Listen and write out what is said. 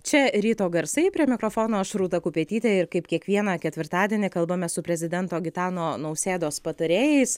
čia ryto garsai prie mikrofono aš rūta kupetytė ir kaip kiekvieną ketvirtadienį kalbamės su prezidento gitano nausėdos patarėjais